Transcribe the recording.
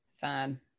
fine